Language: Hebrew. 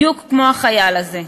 בדיוק כמו החייל הזה.